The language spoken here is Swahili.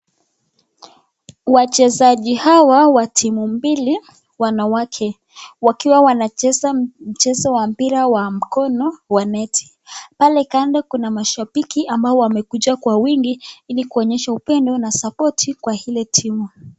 Wachezaji hawa wa timu mbili wanawake wakiwa wanacheza mchezo wa mpira wa mkono wa neti. Pale kando kuna mashabiki ambao wamekuja kwa wingi ili kuonyesha upenda na sapoti kwa ile timu.